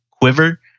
quiver